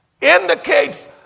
indicates